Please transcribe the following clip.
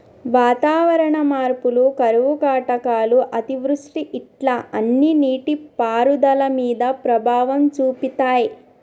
వాతావరణ మార్పులు కరువు కాటకాలు అతివృష్టి ఇట్లా అన్ని నీటి పారుదల మీద ప్రభావం చూపితాయ్